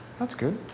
that's good.